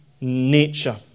nature